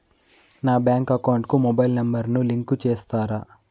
నా bank account కు mobile number ను లింకు చేస్తారా?